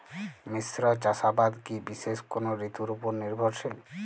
মিশ্র চাষাবাদ কি বিশেষ কোনো ঋতুর ওপর নির্ভরশীল?